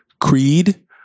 Creed